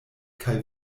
kaj